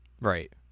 Right